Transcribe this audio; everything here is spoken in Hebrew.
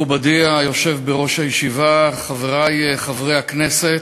מכובדי היושב בראש הישיבה, חברי חברי הכנסת,